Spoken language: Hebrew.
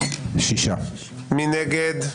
6 נגד,